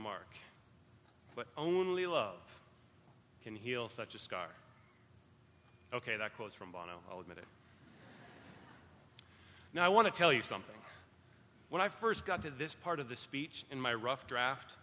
mark but only love can heal such a scar ok that was from bono i'll admit it now i want to tell you something when i first got to this part of the speech in my rough draft